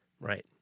Right